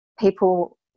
people